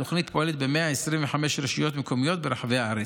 התוכנית פועלת ב-125 רשויות מקומיות ברחבי הארץ.